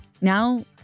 Now